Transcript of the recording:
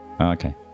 Okay